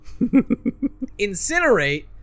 incinerate